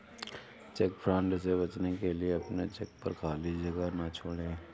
check fraud से बचने के लिए अपने चेक पर खाली जगह ना छोड़ें